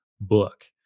book